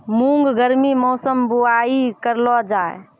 मूंग गर्मी मौसम बुवाई करलो जा?